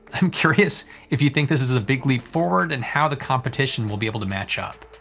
i'm curious if you think this is a big leap forward and how the competition will be able to match up?